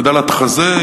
הגדלת חזה,